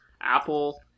Apple